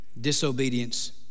disobedience